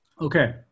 Okay